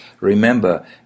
Remember